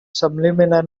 subliminal